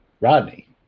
Rodney